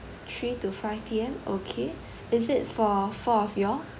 three to five P_M okay is it for four of you